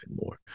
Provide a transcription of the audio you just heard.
more